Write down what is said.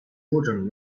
jordan